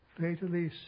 fatally